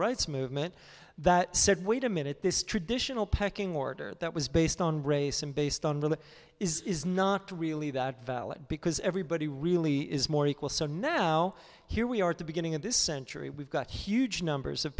rights movement that said wait a minute this traditional pecking order that was based on race and based on that is not really that valid because everybody really is more equal so now here we are at the beginning of this century we've got huge numbers of